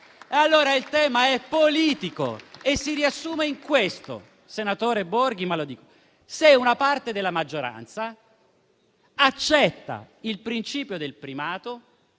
Allora il tema è politico e si riassume in questo, senatore Borghi: se una parte della maggioranza accetta o meno il principio del primato.